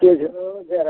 ठीक छै